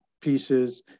pieces